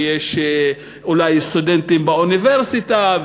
ויש אולי סטודנטים באוניברסיטה,